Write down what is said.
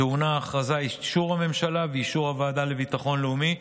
טעונה ההכרזה את אישור הממשלה ואישור הוועדה לביטחון לאומי,